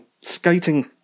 skating